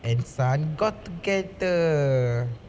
and sun got together